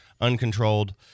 uncontrolled